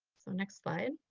so next slide.